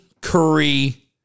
Curry